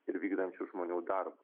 ir vykdančių žmonių darbą